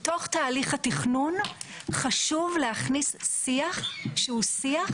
לתוך תהליך התכנון חשוב להכניס שיח שהוא שיח